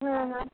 হ্যাঁ হ্যাঁ